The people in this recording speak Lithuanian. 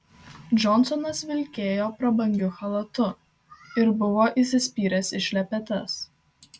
džonsonas vilkėjo prabangiu chalatu ir buvo įsispyręs į šlepetes